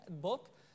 book